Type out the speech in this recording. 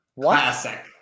Classic